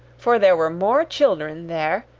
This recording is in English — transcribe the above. for there were more children there,